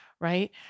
right